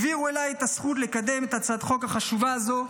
הם העבירו אליי את הזכות לקדם את הצעת החוק החשובה הזו.